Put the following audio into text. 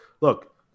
look